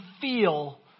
feel